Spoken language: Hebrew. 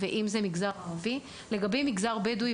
המגזר הערבי לגבי המגזר הבדואי,